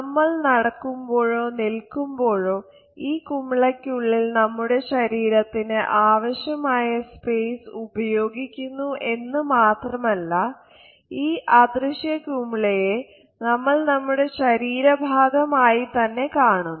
നമ്മൾ നടക്കുമ്പോഴോ നിൽക്കുമ്പോഴോ ഈ കുമിളക്കുള്ളിൽ നമ്മുടെ ശരീരത്തിന് ആവശ്യമായ സ്പേസ് ഉപയോഗിക്കുന്നു ഏന്ന് മാത്രമല്ല ഈ അദൃശ്യ കുമിളയെ നമ്മൾ നമ്മുടെ ശരീര ഭാഗം ആയി തന്നെ കാണുന്നു